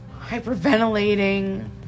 hyperventilating